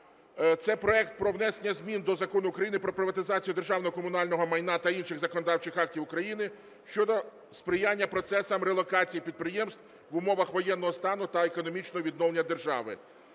Це проект про внесення змін до Закону України "Про приватизацію державного і комунального майна" та інших законодавчих актів України щодо сприяння процесам релокації підприємств в умовах воєнного стану та економічного відновлення держави".